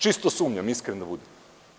Čisto sumnjam, iskren da budem.